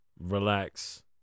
Relax